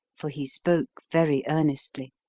for he spoke very earnestly